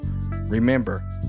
remember